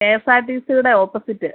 K S R T സിയുടെ opposite